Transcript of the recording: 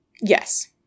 Yes